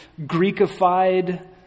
Greekified